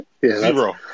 Zero